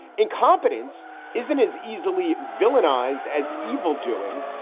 incompetence isn't as easily villainize, as evildoing,